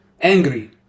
angry